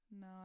No